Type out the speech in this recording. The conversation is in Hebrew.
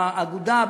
באגודה,